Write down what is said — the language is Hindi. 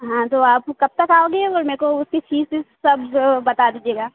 हाँ तो आप कब तक आओगे वह मे को उसी चीज़ से सब बता दीजिएगा